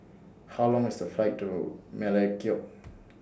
How Long IS The Flight to Melekeok